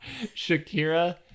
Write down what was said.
Shakira